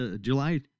July